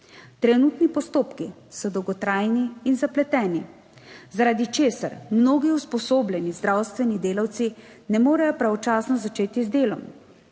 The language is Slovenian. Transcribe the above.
Trenutni postopki so dolgotrajni in zapleteni, zaradi česar mnogi usposobljeni zdravstveni delavci ne morejo pravočasno začeti z delom.